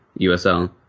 USL